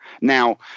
Now